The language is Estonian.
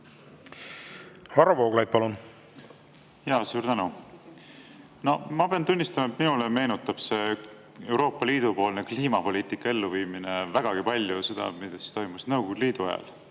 Varro Vooglaid, palun! Suur tänu! Ma pean tunnistama, et minule meenutab see Euroopa Liidu poolne kliimapoliitika elluviimine vägagi palju seda, mis toimus Nõukogude Liidu ajal,